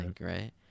right